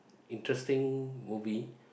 interesting movie